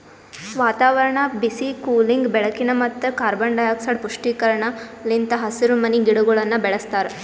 ವಾತಾವರಣ, ಬಿಸಿ, ಕೂಲಿಂಗ್, ಬೆಳಕಿನ ಮತ್ತ ಕಾರ್ಬನ್ ಡೈಆಕ್ಸೈಡ್ ಪುಷ್ಟೀಕರಣ ಲಿಂತ್ ಹಸಿರುಮನಿ ಗಿಡಗೊಳನ್ನ ಬೆಳಸ್ತಾರ